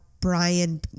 Brian